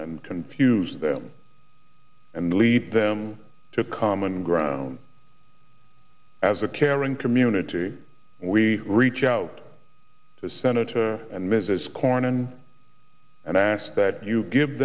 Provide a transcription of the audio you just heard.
and confuse them and lead them to common ground as a caring community we reach out to senator and mrs corn and ask that you give